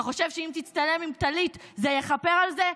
אתה חושב שאם תצטלם עם טלית זה יכפר על זה?